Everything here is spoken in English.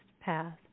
path